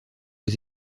aux